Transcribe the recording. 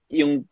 yung